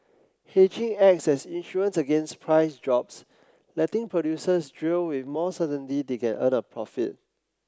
hedging acts as insurance against price drops letting producers drill with more certainty they can earn a profit